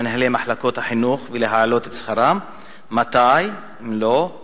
אם יוחלט להתקין, יובאו לאישורה של